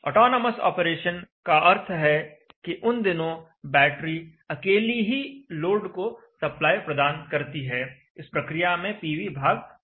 autonomous operation का अर्थ है कि उन दिनों बैटरी अकेली ही लोड को सप्लाई प्रदान करती है इस प्रक्रिया में पीवी भाग नहीं लेता